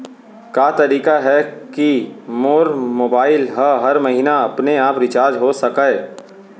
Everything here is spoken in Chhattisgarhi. का तरीका हे कि मोर मोबाइल ह हर महीना अपने आप रिचार्ज हो सकय?